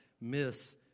miss